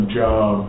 job